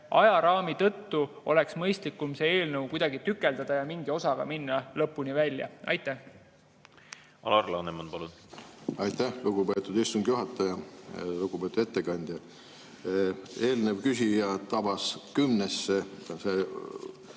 ajaraami tõttu oleks mõistlikum see eelnõu kuidagi tükeldada ja mingi osaga minna lõpuni välja. Alar Laneman, palun! Alar Laneman, palun! Aitäh, lugupeetud istungi juhataja! Lugupeetud ettekandja! Eelnev küsija tabas kümnesse,